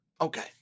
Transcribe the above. Okay